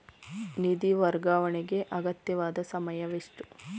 ನಿಧಿ ವರ್ಗಾವಣೆಗೆ ಅಗತ್ಯವಾದ ಸಮಯವೆಷ್ಟು?